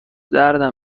درد